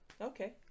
Okay